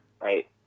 Right